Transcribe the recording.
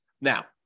Now